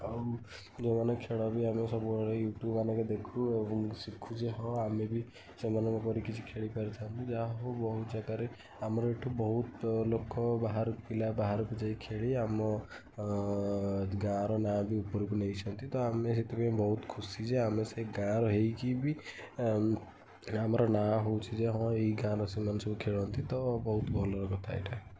ଆଉ ଯେଉଁ ଆମେ ଖେଳ ବି ଆମେ ସବୁବେଳେ ୟୁ ଟ୍ୟୁବ୍ ମାନଙ୍କେ ଦେଖୁ ଏବଂ ଶିଖୁ ଯେ ହଁ ଆମେ ବି ସେମାନଙ୍କ ପରି କିଛି ଖେଳି ପାରୁଥାଉ ଯାହା ହଉ ବହୁତ ଜାଗାରେ ଆମର ଏଠୁ ବହୁତ ଲୋକ ବାହାରକୁ ପିଲା ବାହାରକୁ ଯାଇ ଖେଳି ଆମ ଗାଁ ର ନାଁ ବି ଉପରକୁ ନେଇଛନ୍ତି ତ ଆମେ ସେଥିପାଇଁ ବହୁତ ଖୁସି ଯେ ଆମେ ସେଇ ଗାଁର ହେଇକି ବି ଆମର ନାଁ ହେଉଛି ଯେ ହଁ ଏଇ ଗାଁ ର ସେମାନେ ସବୁ ଖେଳନ୍ତି ତ ବହୁତ ଭଲର କଥା ଏଇଟା